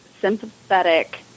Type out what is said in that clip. sympathetic